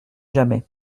jamais